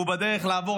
והוא בדרך לעבור,